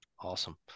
Awesome